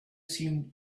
seemed